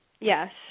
yes